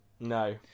No